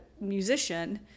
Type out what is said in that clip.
musician